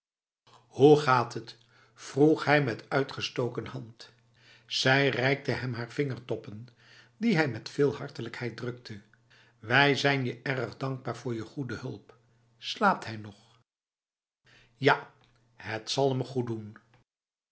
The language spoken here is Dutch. hoe gaat het vroeg hij met uitgestoken hand zij reikte hem haar vingertoppen die hij met veel hartelijkheid drukte wij zijn je erg dankbaar voor de goede hulp slaapt hij nog ja het zal hem